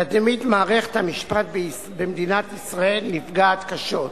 תדמית מערכת המשפט במדינת ישראל נפגעת קשות.